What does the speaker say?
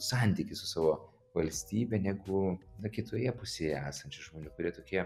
santykis su savo valstybe negu na kitoje pusėje esančių žmonių kurie tokie